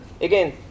again